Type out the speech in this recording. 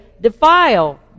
defile